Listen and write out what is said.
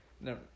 No